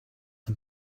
and